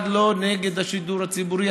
אף אחד לא נגד השידור הציבורי,